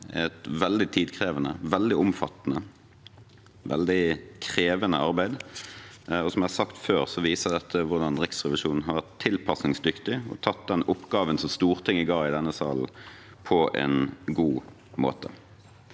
har vært et veldig tidkrevende, veldig omfattende og veldig krevende arbeid. Som jeg har sagt før, viser dette hvordan Riksrevisjonen har vært tilpasningsdyktig og tatt den oppgaven som Stortinget ga i denne salen, på en god måte.